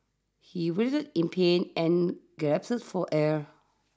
he writhed in pain and gasped for air